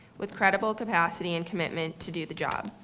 with credible capacity and commitment to do the job.